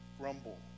grumble